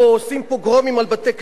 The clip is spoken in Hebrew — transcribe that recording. עושים פוגרומים על בתי-כנסת.